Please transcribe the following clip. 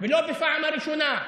ולא בפעם הראשונה.